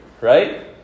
right